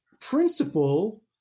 principle